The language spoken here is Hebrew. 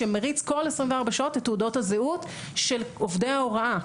שמריץ בכל 24 שעות את תעודות הזהות של עובדי ההוראה.